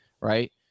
right